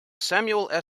samuel